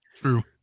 True